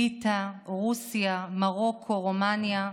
ליטא, רוסיה, מרוקו, רומניה,